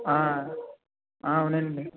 అవునండి